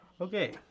Okay